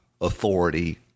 authority